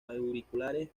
auriculares